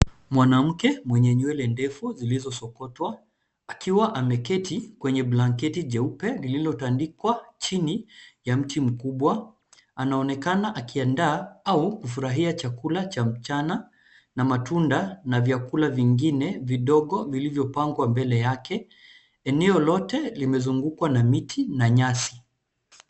Mwanamke mwenye nywele ndefu zilizosokotwa akiwa ameketi kwenye blanketi jeupe lililotandikwa chini ya mti mkubwa. Anaonekana akiandaa au kufurahia chakula cha mchana na matunda na vyakula vingine vidogo vilivyopangwa mbele yake. Eneo lote limezugukwa na miti na nyasi.